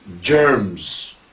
germs